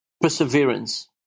Perseverance